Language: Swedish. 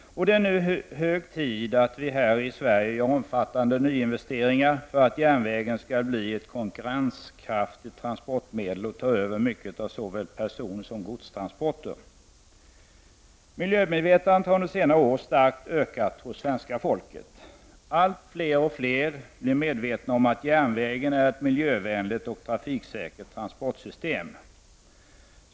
Det är nu hög tid att vi här i Sverige genomför omfattande nyinvesteringar för att järnvägen skall bli ett konkurrenskraftigt transportmedel och kunna ta över mycket av såväl personsom godstransporter. Miljömedvetandet har under senare år ökat starkt hos svenska folket. Fler och fler blir medvetna om att järnvägen är ett miljövänligt och trafiksäkert transportsystem.